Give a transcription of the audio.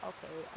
Okay